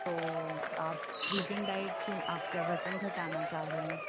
تو آپ vegan diet کیوں آپ کیا وزن گھٹانا چاہ رہے ہیں